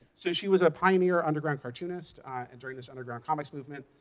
so she was a pioneer underground cartoonist and during this underground comics movement.